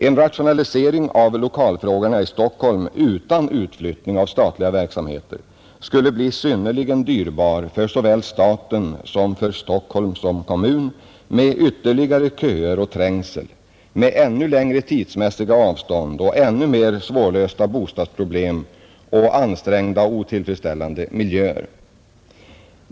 En rationalisering av lokalfrågan här i Stockholm utan utflyttning av statlig verksamhet skulle bli synnerligen dyrbar för såväl staten som Stockholm såsom kommun med ytterligare köer och trängsel, med ännu längre tidsmässiga avstånd och ännu mer svårlösta bostadsproblem och ansträngda och otillfredsställande miljöer.